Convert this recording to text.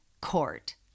Court